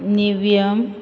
निव्यम